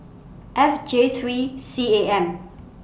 F J three C A M